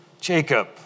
Jacob